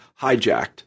hijacked